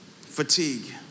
fatigue